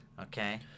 Okay